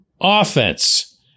offense